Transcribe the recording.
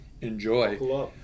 enjoy